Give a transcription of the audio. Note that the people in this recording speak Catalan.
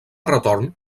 retorn